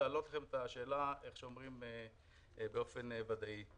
ולהעלות את השאלה באופן ודאי.